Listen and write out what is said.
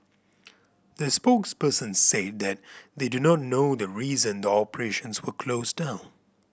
the spokesperson said that they do not know the reason the operations were closed down